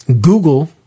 Google